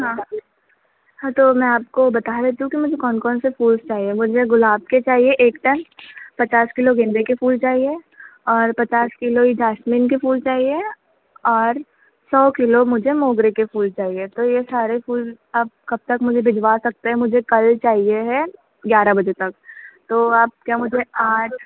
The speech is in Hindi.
हाँ हाँ तो मैं आपको बता देती हूँ कि मुझे कौन कौन से फूल्स चाहिए मुझे गुलाब के चाहिए एक टन पचास किलो गेंदे के फूल चाहिए और पचास किलो ही जासमीन के फूल चाहिए और सौ किलो मुझे मोगरे के फूल चाहिए तो यह सारे फूल आप कब तक मुझे भिजवा सकते हैं मुझे कल चाहिए है ग्यारह बजे तक तो आप क्या मुझे आठ